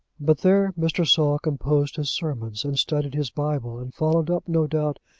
but there mr. saul composed his sermons, and studied his bible, and followed up, no doubt,